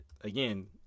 again